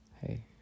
Hey